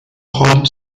holmes